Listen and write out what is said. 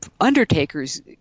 Undertakers